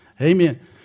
Amen